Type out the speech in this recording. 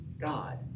God